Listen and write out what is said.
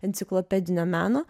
enciklopedinio meno